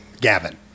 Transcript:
Gavin